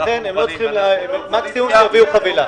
לכן הם מקסימום יביאו חבילה.